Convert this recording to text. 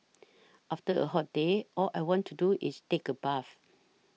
after a hot day all I want to do is take a bath